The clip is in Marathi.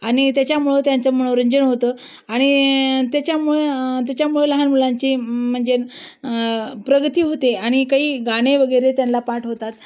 आणि त्याच्यामुळं त्यांचं मनोरंजन होतं आणि त्याच्यामुळं त्याच्यामुळे लहान मुलांची म्हणजे प्रगती होते आणि काही गाणे वगैरे त्यांला पाठ होतात